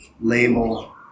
label